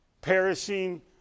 perishing